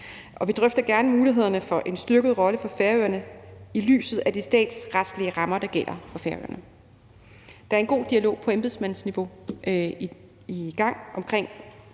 Vi drøfter gerne mulighederne for en styrket rolle for Færøerne i lyset af de statsretlige rammer, der gælder for Færøerne. Der er en god dialog i gang på embedsmandsniveau om sagen